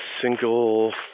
single